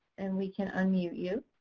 and we can unmute you.